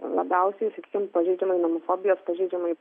labiausiai pažeidžiamai nobofobijos pažeidžiamai